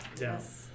Yes